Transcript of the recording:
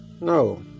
No